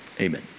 amen